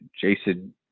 Jason